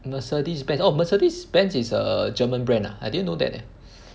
Mercedes Benz oh Mercedes Benz is a German brand ah I didn't know that eh